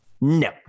No